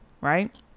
right